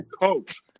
coach